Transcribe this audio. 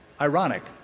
Ironic